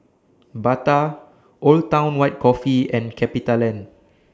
Bata Old Town White Coffee and CapitaLand